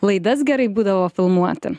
laidas gerai būdavo filmuoti